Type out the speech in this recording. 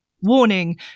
warning